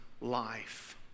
life